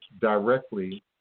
directly